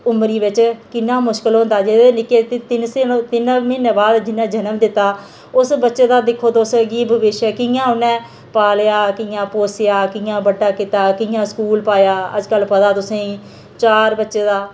उमरी बिच्च किन्ना मुश्कल होंदा जेह्दे निक्के तिन्न तिन्न म्हीने बाद जिनें जनम दित्ता उस बच्चे दा दिक्खो तुस केह् भविश्य कि'यां उन्नै पालेआ कि'यां पोसेआ कि'यां बड्डा कीता कि'यां स्कूल पाया अज्जकल पता तुसेंगी चार बच्चे दा